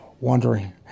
wondering